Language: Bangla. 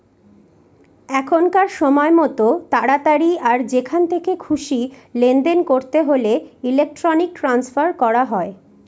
এখনকার সময়তো তাড়াতাড়ি আর যেখান থেকে খুশি লেনদেন করতে হলে ইলেক্ট্রনিক ট্রান্সফার করা হয়